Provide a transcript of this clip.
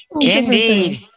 Indeed